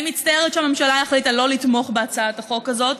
אני מצטערת שהממשלה החליטה לא לתמוך בהצעת החוק הזאת,